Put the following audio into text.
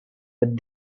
but